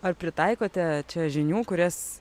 ar pritaikote čia žinių kurias